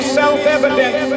self-evident